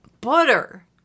Butter